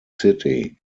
city